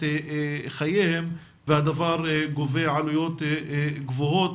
את חייהם והדבר גובה עלויות גבוהות,